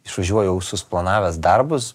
išvažiuoju jau susiplanavęs darbus